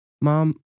Mom